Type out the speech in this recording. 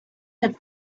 had